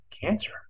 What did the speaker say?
cancer